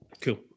Cool